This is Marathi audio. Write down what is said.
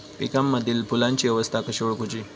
पिकांमदिल फुलांची अवस्था कशी ओळखुची?